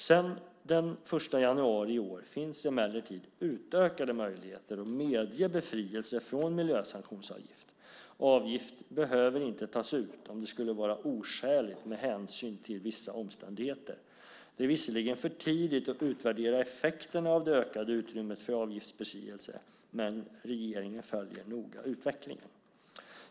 Sedan den 1 januari i år finns emellertid utökade möjligheter att medge befrielse från miljösanktionsavgift. Avgift behöver inte tas ut om det skulle vara oskäligt med hänsyn till vissa omständigheter. Det är visserligen för tidigt att utvärdera effekterna av det ökade utrymmet för avgiftsbefrielse, men regeringen följer noga utvecklingen.